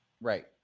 Right